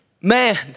man